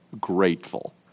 grateful